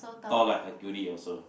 tall like Hercules also